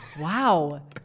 Wow